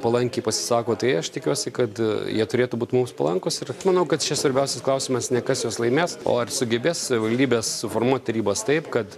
palankiai pasisako tai aš tikiuosi kad jie turėtų būt mums palankūs ir manau kad čia svarbiausias klausimas ne kas juos laimės o ar sugebės savivaldybės suformuoti tarybas taip kad